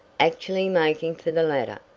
actually making for the ladder.